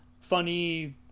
funny